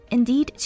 Indeed